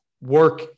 work